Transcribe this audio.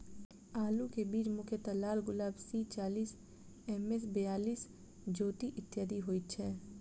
आलु केँ बीज मुख्यतः लालगुलाब, सी चालीस, एम.एस बयालिस, ज्योति, इत्यादि होए छैथ?